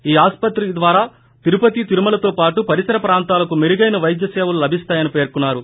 ఈ ఆస్పత్రి ద్వారా తిరుపతి తిరుమలతోపాటు పరిసర ప్రాంతాలకు మెరుగైన వైద్య సేవలు లభిస్తాయని పేర్కొన్నారు